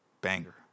banger